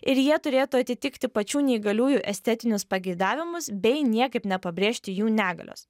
ir jie turėtų atitikti pačių neįgaliųjų estetinius pageidavimus bei niekaip nepabrėžti jų negalios